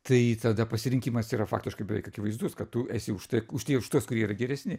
tai tada pasirinkimas yra faktiškai beveik akivaizdus kad tu esi už tai už tai už tuos kurie yra geresni